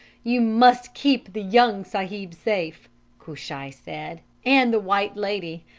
you must keep the young sahib safe cushai said, and the white lady.